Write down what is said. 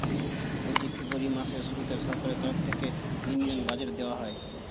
প্রতি ফেব্রুয়ারি মাসের শুরুতে সরকারের তরফ থেকে ইউনিয়ন বাজেট দেওয়া হয়